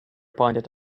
pointed